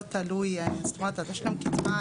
לא תלוי זאת אומרת התשלום קצבה,